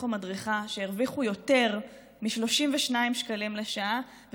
או מדריכה שהרוויחו יותר מ-32 שקלים לשעה,